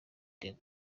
the